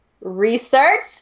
research